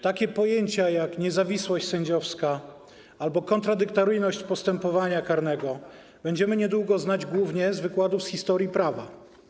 Takie pojęcia jak: niezawisłość sędziowska albo kontradyktoryjność postępowania karnego będziemy niedługo znać głównie z wykładów z historii prawa.